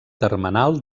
termenal